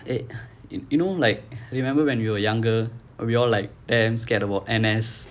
eh you you know like remember when we were younger we all like damn scared about N_S